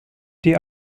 die